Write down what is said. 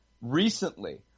recently